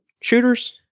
shooters